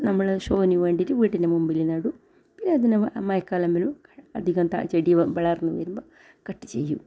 നമ്മൾ ഷോന് വേണ്ടീറ്റ് വീട്ടിൻ്റെ മുമ്പിൽ നടും പിന്നെ അതിന് മയക്കാലം അധികം ചെടി വളർന്നു വരുമ്പം കട്ട് ചെയ്യും